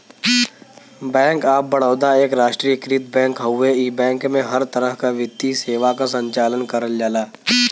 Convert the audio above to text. bank of Baroda एक राष्ट्रीयकृत bank हउवे इ बैंक में हर तरह क वित्तीय सेवा क संचालन करल जाला